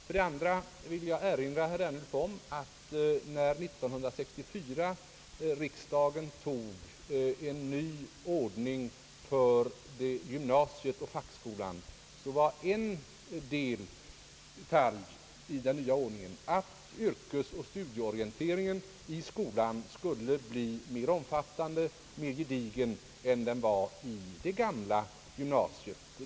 Vidare vill jag erinra herr Ernulf om att när riksdagen år 1964 genomförde en ny ordning för gymnasiet och fackskolan var en detalj i den nya ordningen att yrkesoch studieorienteringen i den nya skolan skulle bli mer omfattande och mer gedigen än den var i det gamla gymnasiet.